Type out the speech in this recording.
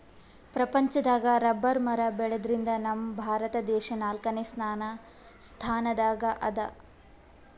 ಪ್ರಪಂಚದಾಗ್ ರಬ್ಬರ್ ಮರ ಬೆಳ್ಯಾದ್ರಗ್ ನಮ್ ಭಾರತ ದೇಶ್ ನಾಲ್ಕನೇ ಸ್ಥಾನ್ ದಾಗ್ ಅದಾ